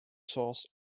sauce